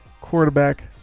quarterback